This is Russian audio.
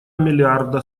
миллиарда